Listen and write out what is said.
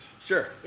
Sure